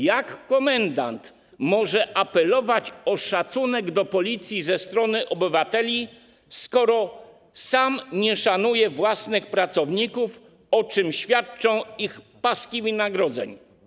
Jak komendant może apelować o szacunek do Policji ze strony obywateli, skoro sam nie szanuje własnych pracowników, o czym świadczą ich paski wynagrodzeń?